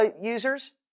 users